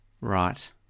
Right